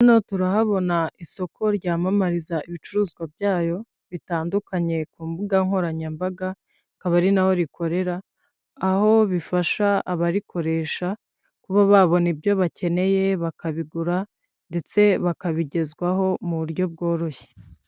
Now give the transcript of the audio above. Hano turahabona isoko ryamamariza ibicuruzwa byayo bitandukanye ku mbuga nkoranyambaga akaba ari na ho rikorera, aho bifasha abarikoresha kuba babona ibyo bakeneye bakabigura ndetse bakabigezwaho mu buryo bworoshye.